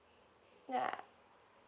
ya